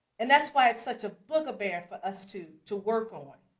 and that's why it's such a buggabear for us to to work on.